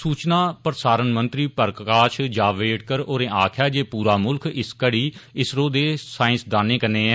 सूचना प्रसारण मंत्री प्रकाष जावडेकर होरें आक्खेआ जे पूरा मुल्ख इस घड़ी इसरो दे सांइसदानें कन्नै ऐ